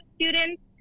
students